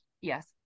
Yes